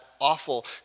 awful